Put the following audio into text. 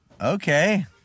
okay